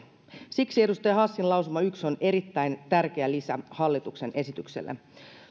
siksi edustaja hassin lausuma yksi on erittäin tärkeä lisä hallituksen esitykseen